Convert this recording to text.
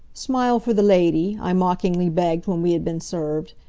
smile for the lady, i mockingly begged when we had been served.